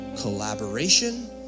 collaboration